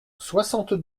soixante